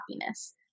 happiness